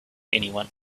anyone